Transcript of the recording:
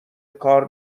کار